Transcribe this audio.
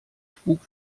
spuck